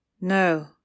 No